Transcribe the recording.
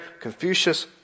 Confucius